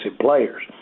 players